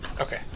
Okay